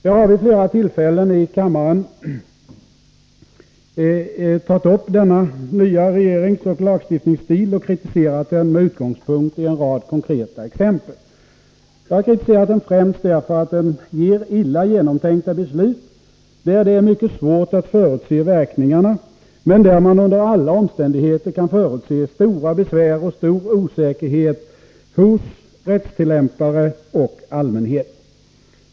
Jag har vid flera tillfällen i kammaren tagit upp denna nya regeringsoch lagstiftningsstil och kritiserat den med utgångspunkt i en rad konkreta exempel. Jag har kritiserat den främst därför att den ger illa genomtänkta beslut, där det är mycket svårt att förutse verkningarna, men där man under alla omständigheter kan förutse stora besvär och stor osäkerhet hos rättsskipare och allmänhet.